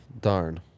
darn